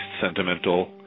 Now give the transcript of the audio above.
sentimental